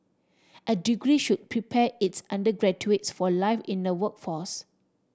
a degree should prepare its undergraduates for life in the workforce